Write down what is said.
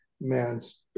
man's